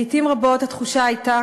לעתים רבות התחושה הייתה